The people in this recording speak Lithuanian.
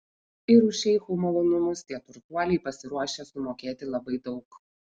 ir už šeichų malonumus tie turtuoliai pasiruošę sumokėti labai daug